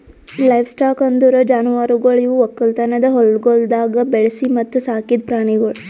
livestock ಅಂದುರ್ ಜಾನುವಾರುಗೊಳ್ ಇವು ಒಕ್ಕಲತನದ ಹೊಲಗೊಳ್ದಾಗ್ ಬೆಳಿಸಿ ಮತ್ತ ಸಾಕಿದ್ ಪ್ರಾಣಿಗೊಳ್